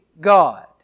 God